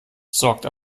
sorgt